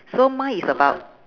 so mine is about